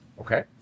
Okay